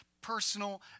personal